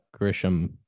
Grisham